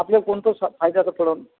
आपल्याला कोणतं फ फायद्याचं ठरेल